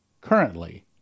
currently